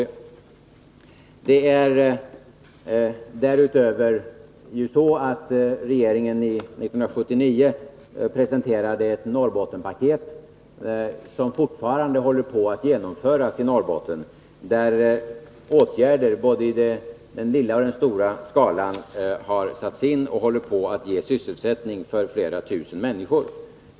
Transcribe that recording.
Därutöver presenterade regeringen år 1979 ett Norrbottenspaket som fortfarande håller på att genomföras i Norrbotten, där åtgärder, både i den lilla och i den stora skalan, har satts in och håller på att ge sysselsättning åt flera tusen människor.